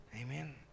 Amen